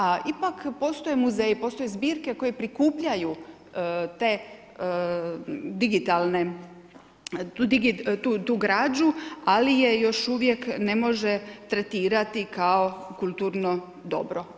A ipak postoje muzeji, postoje zbirke koje prikupljaju te digitalne tu građu, ali je još uvijek ne može tretirati kao kulturno dobro.